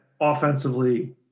offensively